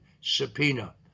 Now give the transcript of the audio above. subpoena